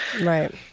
Right